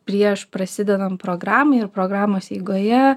prieš prasidedant programai ir programos eigoje